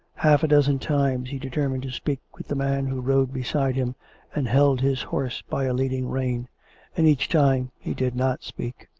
half a dozen times he determined to speak with the man who rode beside him and held his horse by a leading rein and each time he did not speak.